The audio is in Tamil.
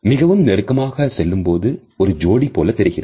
மிகவும் நெருக்கமாக செல்லும் போது ஒரு ஜோடி போல தெரிகிறது